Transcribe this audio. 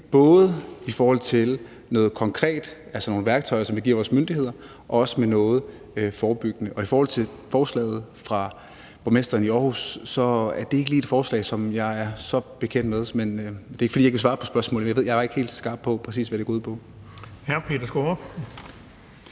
ind i forhold til noget konkret, altså nogle værktøjer, som vi giver vores myndigheder, og også med noget forebyggende. Og i forhold til forslaget fra borgmesteren i Aarhus er det ikke lige et forslag, som jeg er så bekendt med. Det er ikke, fordi jeg ikke vil svare på det, men jeg er ikke helt skarpt på, hvad det præcis går ud på.